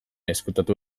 ezkutatu